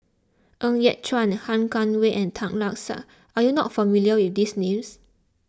Ng Yat Chuan Han Guangwei and Tan Lark Sye are you not familiar with these names